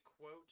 quote